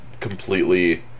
completely